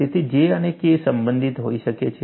તેથી J અને K સંબંધિત હોઈ શકે છે